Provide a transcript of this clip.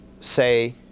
say